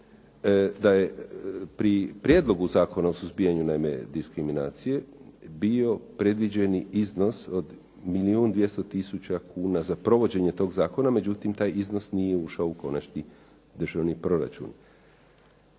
da je pri prijedlogu Zakona o suzbijanju naime diskriminacije bio predviđeni iznos od milijun 200 tisuća kuna za provođenje toga zakona, međutim taj iznos nije ušao u konačni državni proračun.